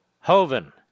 Hoven